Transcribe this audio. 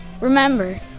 Remember